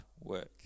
work